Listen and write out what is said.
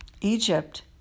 Egypt